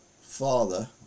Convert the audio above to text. father